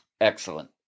Excellent